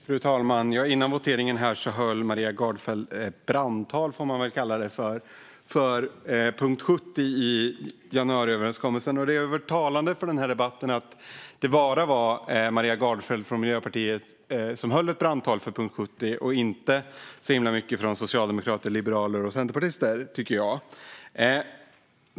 Strategisk export-kontroll 2019 - krigsmateriel och produkter med dubbla användningsområden Fru talman! Före voteringen höll Maria Gardfjell ett brandtal, får man väl kalla det, för punkt 70 i januariöverenskommelsen. Det har varit talande för denna debatt att det bara var Maria Gardfjell från Miljöpartiet som höll ett brandtal för punkt 70. Jag tycker inte att det gjordes så mycket från socialdemokrater, liberaler och centerpartister.